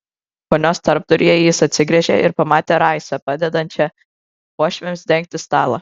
vonios tarpduryje jis atsigręžė ir pamatė raisą padedančią uošviams dengti stalą